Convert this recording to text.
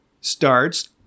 starts